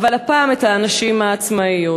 אבל הפעם את הנשים העצמאיות.